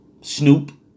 Snoop